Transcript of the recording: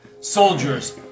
soldiers